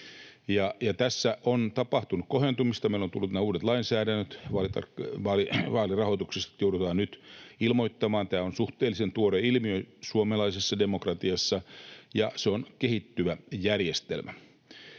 Tässä on tapahtunut kohentumista, meillä ovat tulleet nämä uudet lainsäädännöt. Vaalirahoitukset joudutaan nyt ilmoittamaan, tämä on suhteellisen tuore ilmiö suomalaisessa demokratiassa, ja se on kehittyvä järjestelmä.